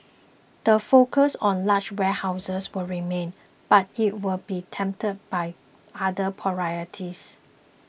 the focus on large warehouses will remain but it will be tempered by other priorities